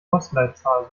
postleitzahl